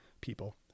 people